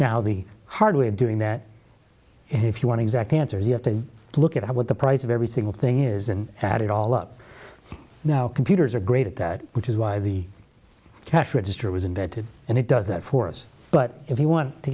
now the hard way of doing that if you want to exact answers you have to look at what the price of every single thing is and add it all up now computers are great at that which is why the cash register was invented and it does that for us but if you want to